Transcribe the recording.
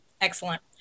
Excellent